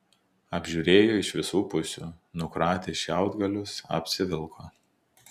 apžiūrėjo iš visų pusių nukratė šiaudgalius apsivilko